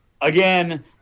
again